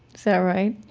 that right?